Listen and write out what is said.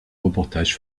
reportages